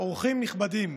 אורחים נכבדים,